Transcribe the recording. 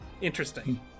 Interesting